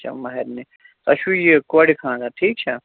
اَچھا مہرنہِ تۄہہِ چھُو یہِ کورِ خانٛدَر ٹھیٖک چھا